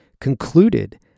concluded